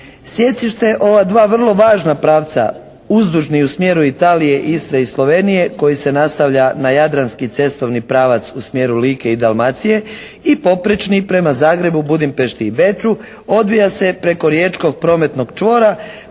Sjecište ova dva vrlo važna pravca uzdužni u smjeru Italije, Istre i Slovenije koji se nastavlja na jadranski cestovni pravac u smjeru Like i Dalmacije i poprečni prema Zagrebu, Budimpešti i Beču odvija se preko riječkog prometnog čvora